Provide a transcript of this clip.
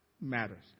matters